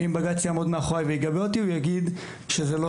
האם בג״ץ יגבה אותי או שיגיד שזה לא